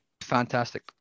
fantastic